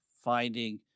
finding